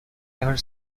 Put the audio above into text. ever